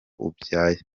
ubyaye